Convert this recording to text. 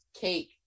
cake